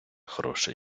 хороша